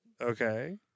Okay